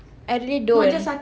I really don't